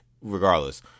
Regardless